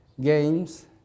games